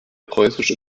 preußische